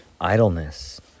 idleness